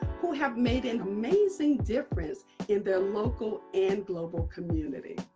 who have made an amazing difference in their local and global community.